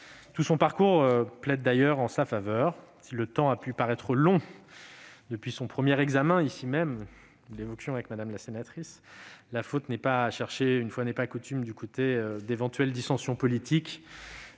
Tout son parcours plaide d'ailleurs en sa faveur. Si le temps a pu paraître long depuis son premier examen, ici même au Sénat, la faute n'est pas à chercher, une fois n'est pas coutume, du côté d'éventuelles dissensions politiques.